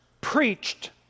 preached